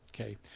Okay